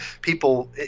people